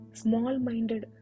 small-minded